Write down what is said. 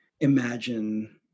imagine